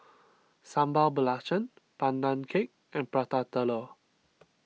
Sambal Belacan Pandan Cake and Prata Telur